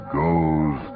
goes